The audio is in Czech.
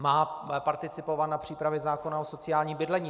Má participovat na přípravě zákona o sociálním bydlení.